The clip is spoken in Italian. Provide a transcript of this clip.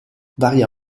varia